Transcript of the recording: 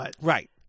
Right